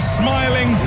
smiling